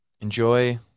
enjoy